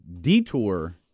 detour